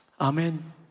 Amen